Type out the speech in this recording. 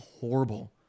horrible